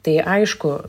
tai aišku